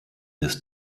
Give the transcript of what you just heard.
des